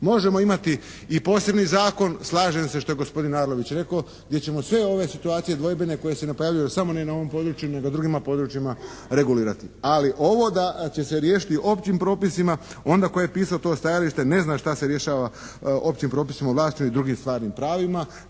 Možemo imati i posebni zakon, slažem se što je gospodin Arlović rekao gdje ćemo sve ove situacije dvojbene koje se ne pojavljuju samo na ovom području nego i drugima područjima regulirati, ali ovo da će se riješiti općim propisima onda tko je pisao to stajalište ne zna šta se rješava općim propisima u vlasništvu i drugim stvarnim pravima